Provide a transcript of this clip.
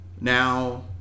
now